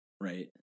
Right